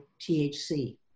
THC